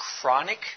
chronic